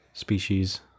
species